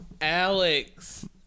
Alex